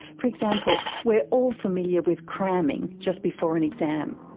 for example we're all familiar with cramming just before an exam.